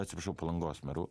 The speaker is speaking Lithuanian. atsiprašau palangos meru